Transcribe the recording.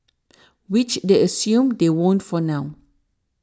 which they assume they won't for now